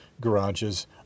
garages